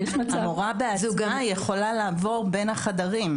המורה בעצמה יכולה לעבור בין החדרים,